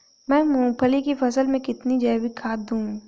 मैं मूंगफली की फसल में कितनी जैविक खाद दूं?